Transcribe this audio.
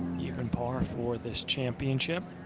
even par for this championship.